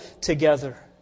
together